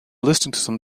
listening